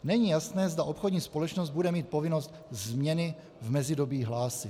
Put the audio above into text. Není jasné, zda obchodní společnost bude mít povinnost změny v mezidobí hlásit.